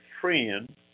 friend